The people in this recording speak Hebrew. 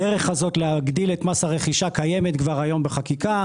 הדרך הזאת להגדיל את מס הרכישה קיימת כבר היום בחקיקה.